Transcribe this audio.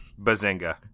Bazinga